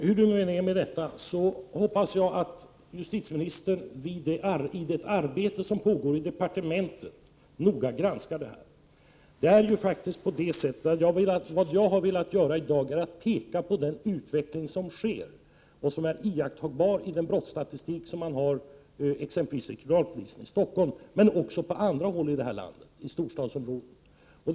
Herr talman! Hur det nu än förhåller sig, så hoppas jag att justitieministern i det arbete som pågår inom departementet noga granskar denna fråga. Vad jag i dag har velat göra är att peka på den utveckling som sker och som är iakttagbar i den brottsstatistik som finns tillgänglig hos kriminalpolisen i Stockholm men också hos polisen inom andra storstadsområden i det här landet.